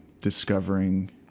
discovering